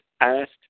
asked